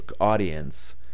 audience